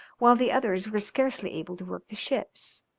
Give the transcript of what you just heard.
while the others were scarcely able to work the ships.